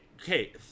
okay